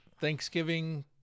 Thanksgiving